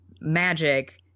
magic